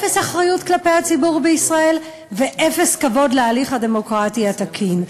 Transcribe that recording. אפס אחריות כלפי הציבור בישראל ואפס כבוד להליך הדמוקרטי התקין.